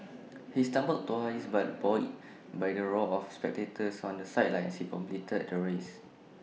he stumbled twice but buoyed by the roar of spectators on the sidelines he completed the race